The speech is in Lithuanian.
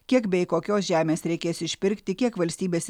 kiek bei kokios žemės reikės išpirkti kiek valstybės